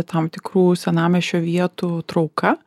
tam tikrų senamiesčio vietų trauka